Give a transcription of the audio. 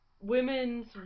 women's